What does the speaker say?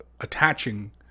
attaching